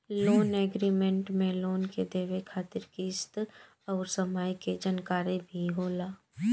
loan agreement में loan के देवे खातिर किस्त अउर समय के जानकारी भी होला